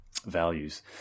Values